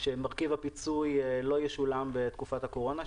שמרכיב הפיצוי לא ישולם בתקופת הקורונה,